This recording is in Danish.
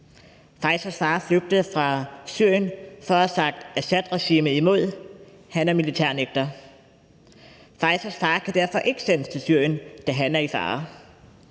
Faezas far flygtede fra Syrien for at have sagt Assadregimet imod, han er militærnægter. Faezas far kan derfor ikke sendes til Syrien, da han er i fare,